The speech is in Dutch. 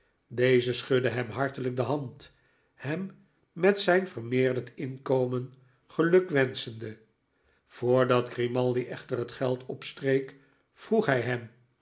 deze schudde hem harteiyk de hand hem met zijn vermeerderd inkomen gelukwenschende voordat grimaldi echter het geld opstreek vroeg hij hem